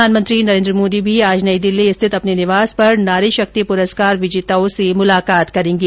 प्रधानमंत्री नरेन्द्र मोदी भी आज नई दिल्ली स्थित अपने निवास पर नारी शक्ति पुरस्कार विजेताओं से मुलाकात करेगें